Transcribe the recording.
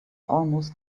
almost